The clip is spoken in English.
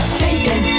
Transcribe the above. taken